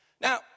now